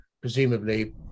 presumably